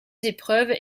épreuves